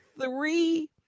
three